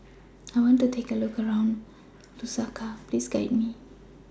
I want to Have A Look around Lusaka Please Guide Me